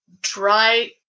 dry